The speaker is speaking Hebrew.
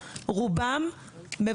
הם יכולים לקבל בתוך הגוף.